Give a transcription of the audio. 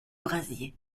brasier